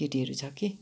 केटीहरू छ कि